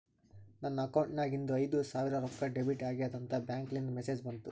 ನನ್ ಅಕೌಂಟ್ ನಾಗಿಂದು ಐಯ್ದ ಸಾವಿರ್ ರೊಕ್ಕಾ ಡೆಬಿಟ್ ಆಗ್ಯಾದ್ ಅಂತ್ ಬ್ಯಾಂಕ್ಲಿಂದ್ ಮೆಸೇಜ್ ಬಂತು